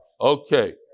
Okay